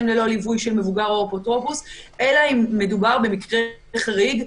ללא ליווי של מבוגר או אפוטרופוס אלא אם מדובר במקרה חריג,